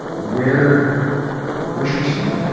where where should we start?